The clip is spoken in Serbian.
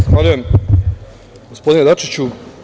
Zahvaljujem, gospodine Dačiću.